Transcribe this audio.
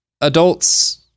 adults